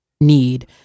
need